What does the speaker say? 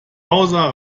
außer